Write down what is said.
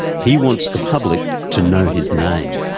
he wants the public to know his name.